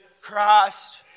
Christ